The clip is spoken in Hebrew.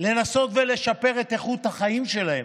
לנסות לשפר את איכות החיים שלהם,